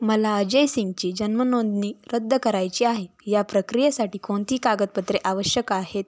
मला अजय सिंगची जन्मनोंदणी रद्द करायची आहे या प्रक्रियेसाठी कोणती कागदपत्रे आवश्यक आहेत